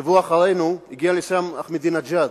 שבוע אחרינו הגיע הנשיא אחמדינג'אד,